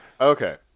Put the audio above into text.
Okay